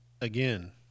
again